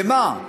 למה?